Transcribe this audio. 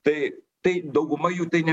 tai tai dauguma jų tai ne